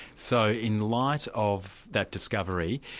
so in light of that discovery,